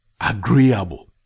agreeable